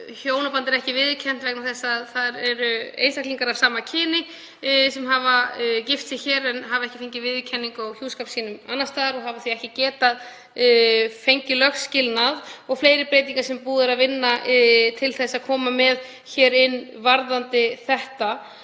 hjónabandið er ekki viðurkennt vegna þess að í því eru einstaklingar af sama kyni sem hafa gift sig hér en hafa ekki fengið viðurkenningu á hjúskap sínum annars staðar og hafa því ekki getað fengið lögskilnað. Fleiri breytingar er búið að vinna til að koma með hér inn. Ég held að